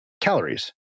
calories